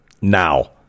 Now